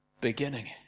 beginning